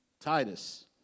Titus